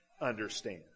understand